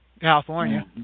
California